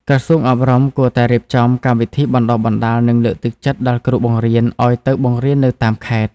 ក្រសួងអប់រំគួរតែរៀបចំកម្មវិធីបណ្តុះបណ្តាលនិងលើកទឹកចិត្តដល់គ្រូបង្រៀនឱ្យទៅបង្រៀននៅតាមខេត្ត។